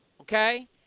okay